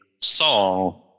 song